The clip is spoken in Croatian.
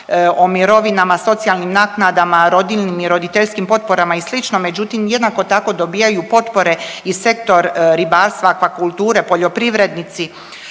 o mirovinama, socijalnim naknadama, rodiljnim i roditeljskim potporama i slično, međutim jednako tako dobijaju potpore i sektor ribarstva, akvakulture, poljoprivrednici,